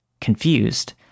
Confused